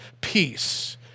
Peace